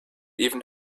even